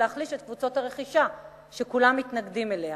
להחליש את קבוצות הרכישה שכולם מתנגדים להן.